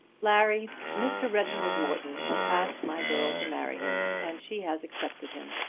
larry, mr. reginald morton has asked my girl to marry him, and she has accepted him.